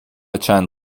چند